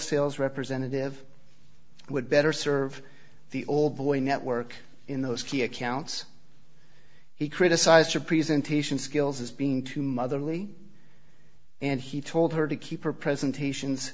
sales representative would better serve the old boys network in those key accounts he criticized her presentation skills as being too motherly and he told her to keep her presentations